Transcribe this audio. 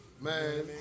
man